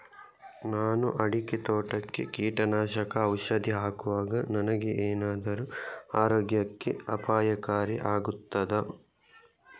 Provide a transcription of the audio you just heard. ನಾನು ಅಡಿಕೆ ತೋಟಕ್ಕೆ ಕೀಟನಾಶಕ ಔಷಧಿ ಹಾಕುವಾಗ ನನಗೆ ಏನಾದರೂ ಆರೋಗ್ಯಕ್ಕೆ ಅಪಾಯಕಾರಿ ಆಗುತ್ತದಾ?